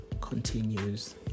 continues